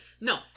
No